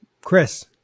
chris